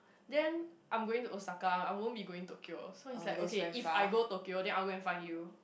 then I'm going to Osaka I won't be going Tokyo so he's like okay if I go Tokyo then I will go and find you